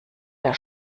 der